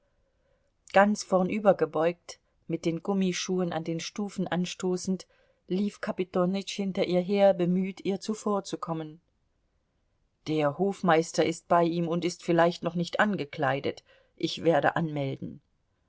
ganz vornübergebeugt mit den gummischuhen an den stufen anstoßend lief kapitonütsch hinter ihr her bemüht ihr zuvorzukommen der hofmeister ist bei ihm und ist vielleicht noch nicht angekleidet ich werde anmelden